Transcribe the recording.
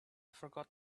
forgot